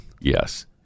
Yes